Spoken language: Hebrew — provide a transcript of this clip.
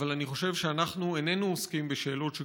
אבל אני חושב שאנחנו איננו עוסקים בשאלות